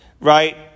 right